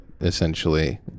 essentially